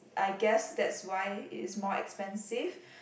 I guess that's why it's more expensive